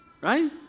right